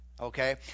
Okay